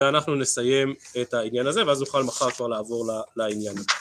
ואנחנו נסיים את העניין הזה, ואז נוכל מחר כבר לעבור לעניין